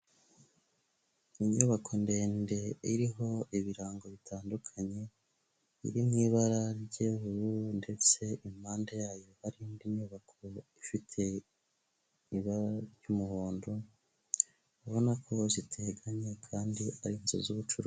Inyubako ndende iriho ibirango bitandukanye, iri mu ibara ry'ubururu ndetse impande yayo hari indi nyubako ifite ibara ry'umuhondo, ubona ko ziteganye kandi ari inzu z'ubucuruzi.